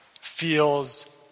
feels